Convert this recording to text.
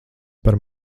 par